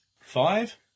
five